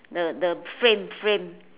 the the frame frame